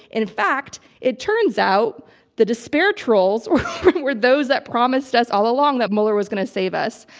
in fact, it turns out the despair trolls were were those that promised us all along that mueller was going to save us.